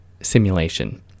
simulation